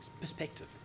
Perspective